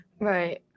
right